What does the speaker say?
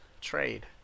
Trade